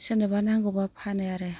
सोरनोबा नांगौबा फानो आरो